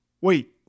Wait